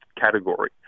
category